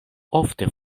ofte